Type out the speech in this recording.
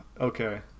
okay